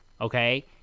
okay